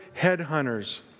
headhunters